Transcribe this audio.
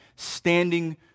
Standing